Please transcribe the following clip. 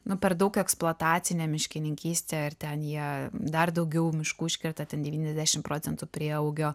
nu per daug eksploatacinė miškininkystė ir ten jie dar daugiau miškų iškerta ten devyniasdešim procentų prieaugio